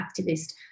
activist